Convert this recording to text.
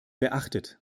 beachtet